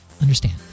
understand